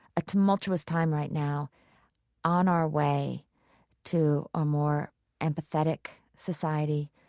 a tumultuous time right now on our way to a more empathetic society,